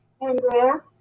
Andrea